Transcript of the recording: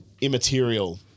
immaterial